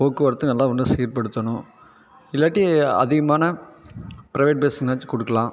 போக்குவரத்தும் நல்லா இன்னும் சீர் படுத்தணும் இல்லாட்டி அதிகமான பிரைவேட் பஸ்னாச்சும் கொடுக்கலாம்